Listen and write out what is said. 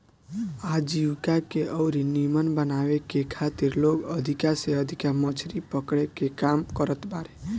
आजीविका के अउरी नीमन बनावे के खातिर लोग अधिका से अधिका मछरी पकड़े के काम करत बारे